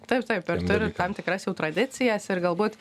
taip taip dar turi tam tikras jau tradicijas ir galbūt